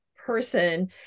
person